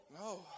No